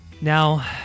Now